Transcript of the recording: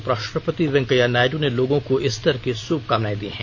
उपराष्ट्रपति वेंकैया नायडू ने लोगों को ईस्टर की शभकामनाएं दी हैं